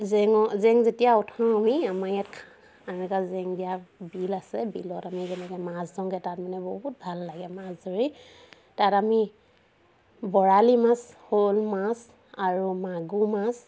জেঙৰ জেং যেতিয়া উঠাওঁ আমি আমাৰ ইয়াত আন এটা জেং দিয়া বিল আছে বিলত আমি তেনেকে মাছ ধৰোংগে তাত মানে বহুত ভাল লাগে মাছ ধৰি তাত আমি বৰালি মাছ শ'ল মাছ আৰু মাগুৰ মাছ